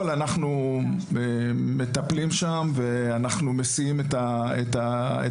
אנחנו מטפלים שם, ואנחנו מסיעים את הילדים.